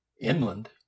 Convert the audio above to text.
Inland